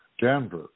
Denver